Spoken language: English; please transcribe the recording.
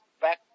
back